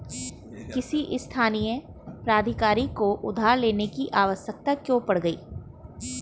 किसी स्थानीय प्राधिकारी को उधार लेने की आवश्यकता क्यों पड़ गई?